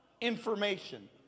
information